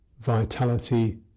vitality